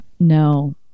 No